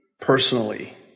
personally